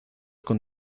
con